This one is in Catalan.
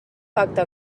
pacte